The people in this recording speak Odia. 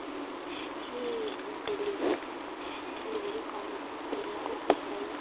ସେ ଡେଲିଭରି କମ୍ପନୀକୁ ଫେରାଇ